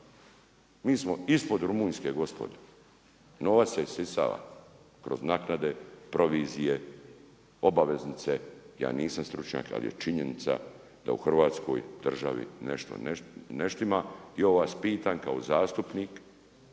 Mi smo ispod Rumunjske gospodo. Novac se isisava kroz naknade, provizije, obaveznice. Ja nisam stručnjak ali je činjenica da u Hrvatskoj državi nešto ne štima. I ovo vas pitam kao zastupnik,